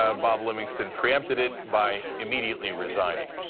rob livingston preempted it by immediately resigning.